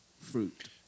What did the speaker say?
fruit